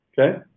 Okay